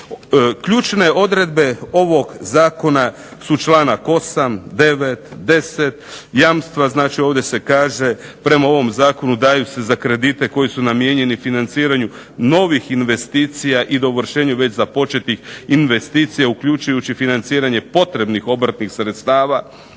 Ključne odredbe ovog zakona su članak 8., 9., 10. jamstva znači ovdje se kaže prema ovom zakonu daju se za kredite koji su namijenjeni financiranju novih investicija i dovršenju već započetih investicija uključujući financiranje potrebnih obrtnih sredstava.